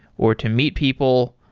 or to meet people,